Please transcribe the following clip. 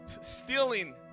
stealing